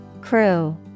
Crew